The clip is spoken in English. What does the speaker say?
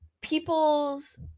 people's